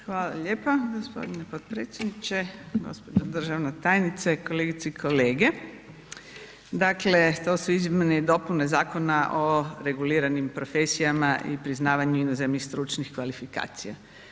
Hvala lijepa g. potpredsjedniče, gđo. državna tajnice, kolegice i kolege, dakle to su izmjene i dopune Zakona o reguliranim profesijama i priznavanju inozemnih stručnih kvalifikacija.